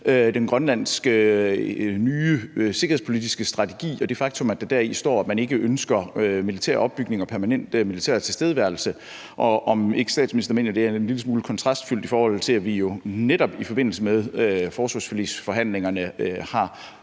nye grønlandske sikkerhedspolitiske strategi og det faktum, at der deri står, at man ikke ønsker militær opbygning og permanent militær tilstedeværelse. Mener statsministeren ikke, at det er en lille smule kontrastfyldt, i forhold til at vi jo netop i forbindelse med forsvarsforligsforhandlingerne er